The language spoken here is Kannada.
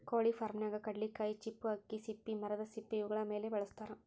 ಕೊಳಿ ಫಾರ್ಮನ್ಯಾಗ ಕಡ್ಲಿಕಾಯಿ ಚಿಪ್ಪು ಅಕ್ಕಿ ಸಿಪ್ಪಿ ಮರದ ಸಿಪ್ಪಿ ಇವುಗಳ ಮೇಲೆ ಬೆಳಸತಾರ